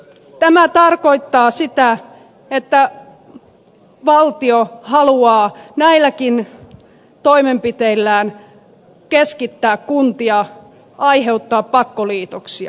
tämä tarkoittaa sitä että valtio haluaa näilläkin toimenpiteillään keskittää kuntia aiheuttaa pakkoliitoksia